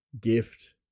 gift